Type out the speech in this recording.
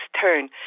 turn